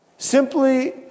Simply